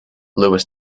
lewis